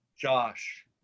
Josh